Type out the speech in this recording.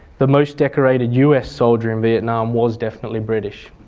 the most decorated us solider in vietnam was definitely british.